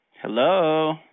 Hello